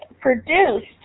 produced